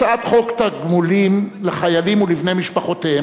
הצעת חוק תגמולים לחיילים ולבני משפחותיהם